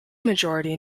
majority